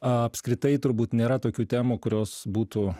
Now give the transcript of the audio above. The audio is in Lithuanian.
apskritai turbūt nėra tokių temų kurios būtų